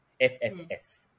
FFS